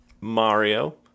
Mario